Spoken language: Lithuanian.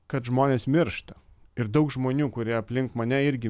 kad žmonės miršta ir daug žmonių kurie aplink mane irgi